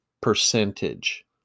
percentage